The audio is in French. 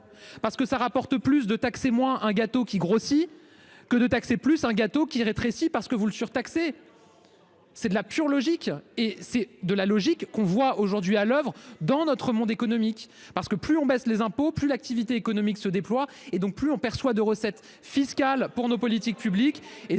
parce que ça rapporte plus de taxer moins un gâteau qui grossit que de taxer plus un gâteau qui rétrécit parce que vous le surtaxer. C'est de la pure logique et c'est de la logique qu'on voit aujourd'hui à l'oeuvre dans notre monde économique parce que plus on baisse les impôts plus l'activité économique se déploie et donc plus on perçoit de recettes fiscales pour nos politiques publiques et